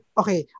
okay